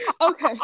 Okay